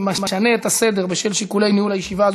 הצעות לסדר-היום מס' 5574,